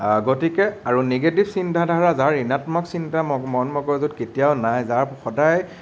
গতিকে আৰু নিগেটিভ চিন্তাধাৰা যাৰ ঋণাত্মক চিন্তা মন মগজুত কেতিয়াও নাই যাৰ সদায়